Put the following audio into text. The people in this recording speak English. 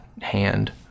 hand